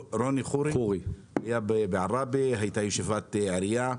רוני חורי, היה בעראבה, הייתה ישיבת עירייה.